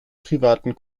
privaten